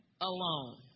alone